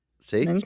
See